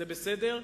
זה בסדר.